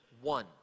one